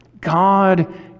God